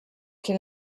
can